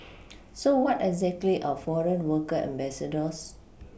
so what exactly are foreign worker ambassadors